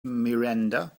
miranda